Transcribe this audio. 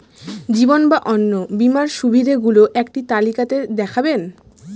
জীবন বা অন্ন বীমার সুবিধে গুলো একটি তালিকা তে দেখাবেন?